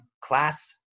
class